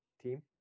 team